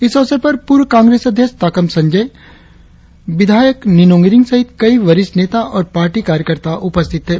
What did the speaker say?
इस अवसर पर प्रर्व कांग्रेस अध्यक्ष ताकम संजोय विधायक निनोंग इरिंग सहित कई वरिष्ठ नेता और पार्टी कार्यकर्ता उपस्थित थे